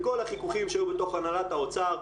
וכל החיכוכים שהיו בתוך הנהלת האוצר,